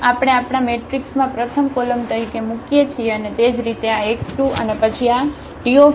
if આપણે આપણા મેટ્રિક્સમાં પ્રથમ કોલમ તરીકે મૂકીએ છીએ અને તે જ રીતે આ x2 અને પછી આ Te2